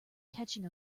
catching